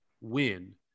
win